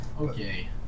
okay